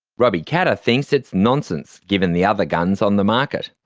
robbie katter thinks it's nonsense, given the other guns on the market.